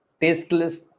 tasteless